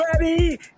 ready